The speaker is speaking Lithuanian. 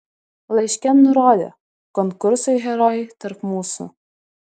laiške nurodė konkursui herojai tarp mūsų